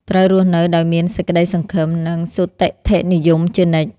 ត្រូវរស់នៅដោយមានសេចក្តីសង្ឃឹម និងសុទិដ្ឋិនិយមជានិច្ច។